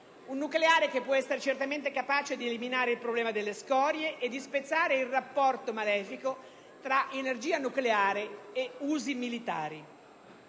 nucleare. Un nucleare capace di eliminare il problema delle scorie e di spezzare il rapporto malefico tra energia nucleare e usi militari,